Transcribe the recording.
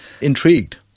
intrigued